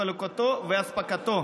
חלוקתו ואספקתו.